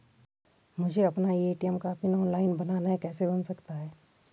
मुझे अपना ए.टी.एम का पिन ऑनलाइन बनाना है कैसे बन सकता है?